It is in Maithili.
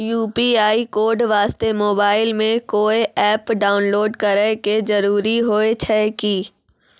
यु.पी.आई कोड वास्ते मोबाइल मे कोय एप्प डाउनलोड करे के जरूरी होय छै की?